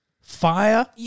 fire